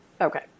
Okay